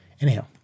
Anyhow